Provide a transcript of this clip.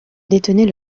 détenait